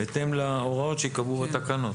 בהתאם להוראות שייקבעו בתקנות,